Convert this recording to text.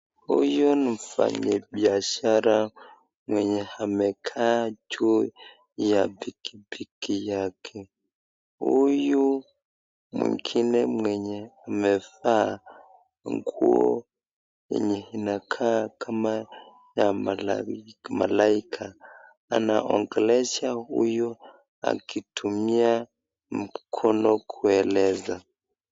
Huyu ni mfanyi biashara mwenye amekaa juu ya bikibiki yake huyu mwingine mwenye amefaa nguo yenye inakaa kama ya malaika, anaongelesha huyu akitumia mkono kuelezea.